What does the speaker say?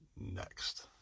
next